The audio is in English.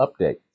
update